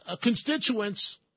constituents